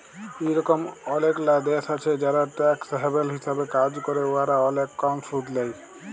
ইরকম অলেকলা দ্যাশ আছে যারা ট্যাক্স হ্যাভেল হিসাবে কাজ ক্যরে উয়ারা অলেক কম সুদ লেই